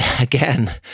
again